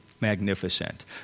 Magnificent